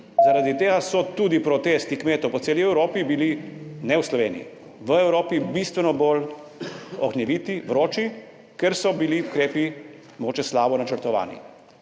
Zaradi tega so bili tudi protesti kmetov po celi Evropi, ne v Sloveniji, v Evropi, bistveno bolj ognjeviti, vroči, ker so bili ukrepi mogoče slabo načrtovani.